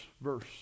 verse